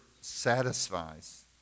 satisfies